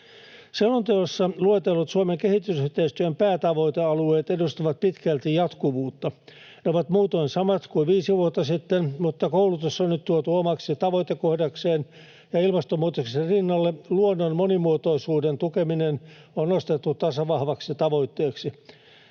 Selonteossa luetellut Suomen kehitysyhteistyön päätavoitealueet edustavat pitkälti jatkuvuutta. Ne ovat muutoin samat kuin viisi vuotta sitten, mutta koulutus on nyt tuotu omaksi tavoitekohdakseen ja ilmastonmuutoksen rinnalle luonnon monimuotoisuuden tukeminen on nostettu tasavahvaksi tavoitteeksi.